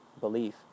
belief